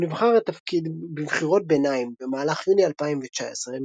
הוא נבחר לתפקיד בבחירות ביניים במהלך יוני 2019,